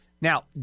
Now